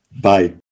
Bye